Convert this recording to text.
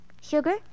Sugar